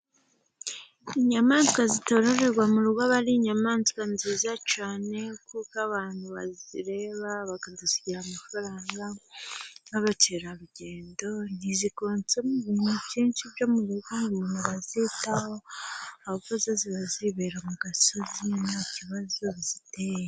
Inyamaswa zitororerwa mu rugo, aba ari inyamaswa nziza cyane kuko abantu bazireba bakadusigira amafaranga nk’abakerarugendo. Ntizikonsoma ibintu byinshi byo mu rugo, ngo barazitaho abakozi. Ziba zibera mu gasozi, nta kibazo ziteye.